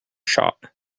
shock